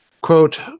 Quote